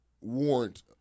warrant